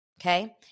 Okay